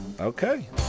Okay